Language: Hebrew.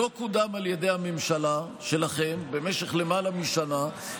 לא קודם על ידי הממשלה שלכם במשך למעלה משנה,